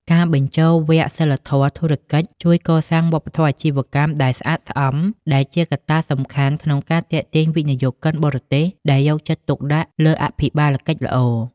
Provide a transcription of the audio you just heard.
ការបញ្ចូលវគ្គសីលធម៌ធុរកិច្ចជួយកសាងវប្បធម៌អាជីវកម្មដែលស្អាតស្អំ ដែលជាកត្តាសំខាន់ក្នុងការទាក់ទាញវិនិយោគិនបរទេសដែលយកចិត្តទុកដាក់លើអភិបាលកិច្ចល្អ។